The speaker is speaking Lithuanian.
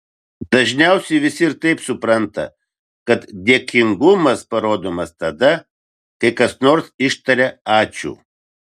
dažniausiai visi ir taip supranta kad dėkingumas parodomas tada kai kas nors ištaria ačiū